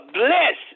bless